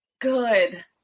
Good